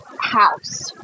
house